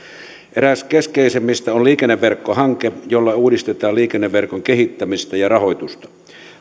eräs keskeisimmistä on liikenneverkkohanke jolla uudistetaan liikenneverkon kehittämistä ja rahoitusta